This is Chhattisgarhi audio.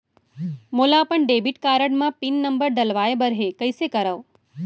मोला अपन डेबिट कारड म पिन नंबर डलवाय बर हे कइसे करव?